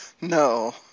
No